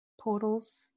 portals